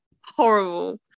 horrible